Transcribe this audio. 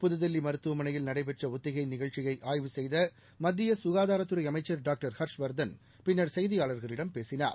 புதுதில்லிமருத்துவமனையில் நடைபெற்றஒத்திகைநிகழ்ச்சியைஆயவு செய்தமத்தியசுகாதாரத்துறைஅமைச்சர் ஹர்ஷ்வர்தன் பின்னர் செய்தியாளர்களிடம் பேசினார்